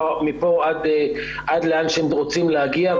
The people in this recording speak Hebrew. מפה עד לאן שהם רוצים להגיע,